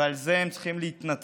ועל זה הם צריכים להתנצל,